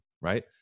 right